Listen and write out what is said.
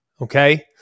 okay